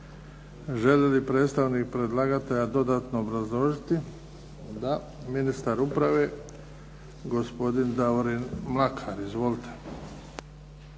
Želi li predstavnik predlagatelja dodatno obrazložiti? Da. Ministar uprave gospodin Davorin Mlakar. Izvolite.